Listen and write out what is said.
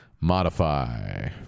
Modify